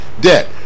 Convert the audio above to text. debt